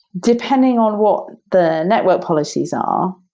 depending on what the network policies are,